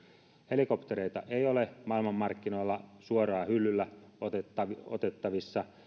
helikoptereita ei ole maailmanmarkkinoilla suoraan hyllyltä otettavissa